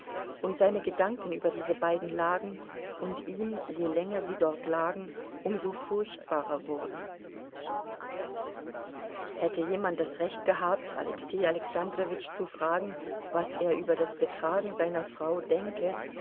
und seine gedanken über diese beiden lagen und ihm je länger sie dort lagen um so furchtbarer wurden hätte jemand das recht gehabt alexei alexandrowitsch zu fragen was er über das betragen seiner frau denke